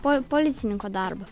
po policininko darbą